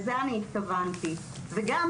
לזה אני התכוונתי, וגם